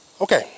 Okay